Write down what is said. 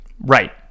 Right